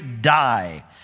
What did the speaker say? die